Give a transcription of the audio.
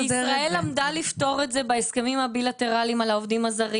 וישראל למדה לפתור את זה בהסכמים הבילטרליים על העובדים הזרים.